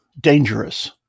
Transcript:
dangerous